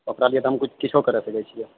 ओकरा लिए तऽ हम किछो करि सकै छियै